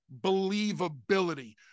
believability